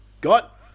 got